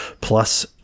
plus